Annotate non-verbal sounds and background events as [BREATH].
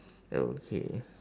[BREATH] okay